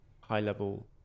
high-level